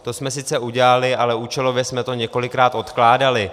To jsme sice udělali, ale účelově jsme to několikrát odkládali.